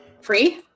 free